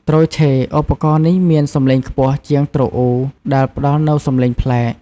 ទ្រឆេ ឧបករណ៍នេះមានសំឡេងខ្ពស់ជាងទ្រអ៊ូ ដែលផ្តល់នូវសម្លេងប្លែក។